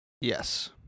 Yes